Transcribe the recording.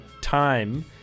time